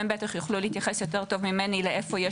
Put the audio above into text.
הם בטח יוכלו להתייחס יותר טוב ממני לאיפה יש